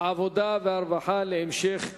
העבודה והרווחה להמשך דיון.